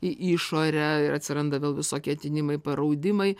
į išorę ir atsiranda vėl visokie tinimai paraudimai